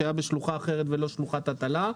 שהיה בשלוחה אחרת ולא שלוחת הטלה.